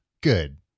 good